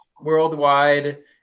worldwide